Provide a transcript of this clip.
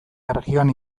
erregioan